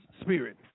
spirit